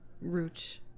route